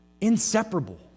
inseparable